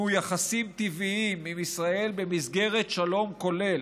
יחסים טבעיים עם ישראל במסגרת שלום כולל,